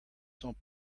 sont